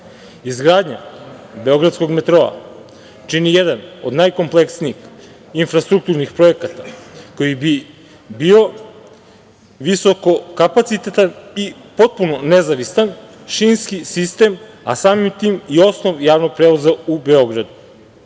Izgradnja Beogradskog metroa čini jedan od najkompleksnijih infrastrukturnih projekata koji bi bio visoko kapacitetan i potpuno nezavistan šinski sistem, a samim tim i osnov javnog prevoza u